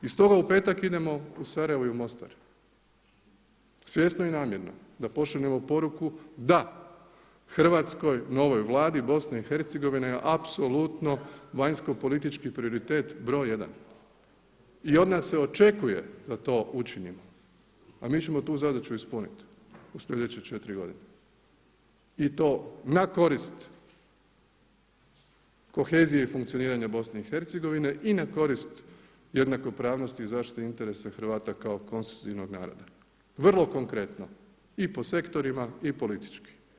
I stoga u petak idemo u Sarajevo i Mostar, svjesno i namjerno, da pošaljemo poruku da, hrvatskoj novoj Vladi Bosne i Hercegovine apsolutno vanjsko politički prioritet br. 1. I od nas se očekuje da to učinimo a mi ćemo tu zadaću ispuniti u sljedeće 4 godine i to na korist kohezije i funkcioniranja BiH-a i na korist jednakopravnosti i zaštite interesa Hrvata kao konstitutivnog naroda, vrlo konkretno i po sektorima i politički.